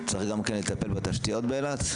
צריך גם לטפל בתשתיות באילת?